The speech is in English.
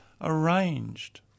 arranged